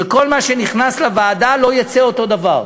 שכל מה שנכנס לוועדה לא יצא אותו דבר.